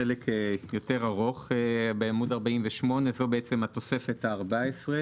חלק יותר ארוך בעמוד 48. זאת התוספת הארבע-עשרה